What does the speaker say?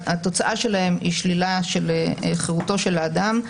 התוצאה שלהם היא שלילה של חירותו של האדם.